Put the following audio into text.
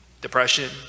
depression